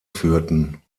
führten